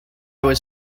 was